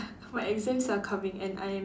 my exams are coming and I am